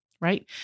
Right